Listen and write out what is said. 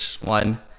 one